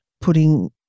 putting